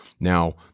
Now